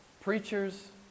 preachers